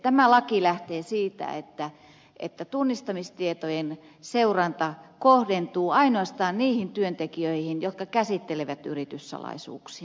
tämä laki lähtee siitä että tunnistamistietojen seuranta kohdentuu ainoastaan niihin työntekijöihin jotka käsittelevät yrityssalaisuuksia